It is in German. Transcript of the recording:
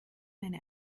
eine